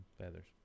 feathers